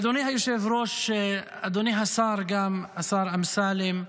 אדוני היושב-ראש, וגם אדוני השר, השר אמסלם,